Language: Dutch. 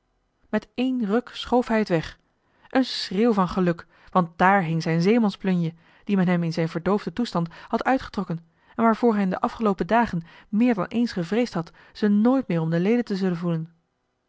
met één ruk schoof hij het weg een schreeuw van geluk want daar hing zijn zeemansplunje die men hem in zijn verdoofden toestand had uitgetrokken en waarvoor hij in de afgeloopen dagen meer dan eens gevreesd had ze nooit meer om de leden te zullen voelen